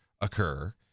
occur